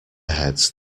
heads